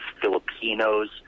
Filipinos